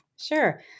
Sure